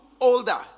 older